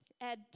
add